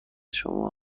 شما